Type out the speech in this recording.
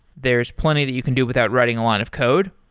there's plenty that you can do without writing a lot of code,